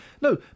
No